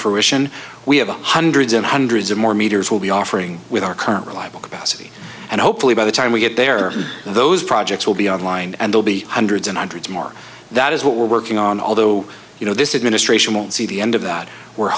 fruition we have hundreds and hundreds of more meters will be offering with our current reliable capacity and hopefully by the time we get there those projects will be on line and they'll be hundreds and hundreds more that is what we're working on although you know this is ministration won't see the end of that we're